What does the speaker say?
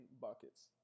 buckets